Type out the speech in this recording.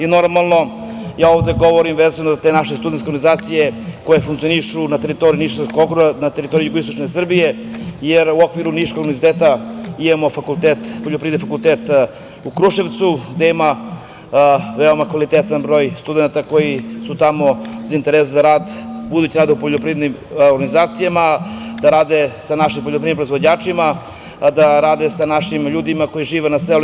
Ovde govorim za te naše studentske organizacije koje funkcionišu na teritoriji Niškog okruga, na teritoriji jugo-istočne Srbije, jer u okviru Niškog univerziteta imamo Poljoprivredni fakultet u Kruševcu, gde ima veoma kvalitetan broj studenata koji su tamo zainteresovani za budući rad u poljoprivrednim organizacijama, da rade sa našim poljoprivrednim proizvođačima, da rade sa našim ljudima koji žive na selu.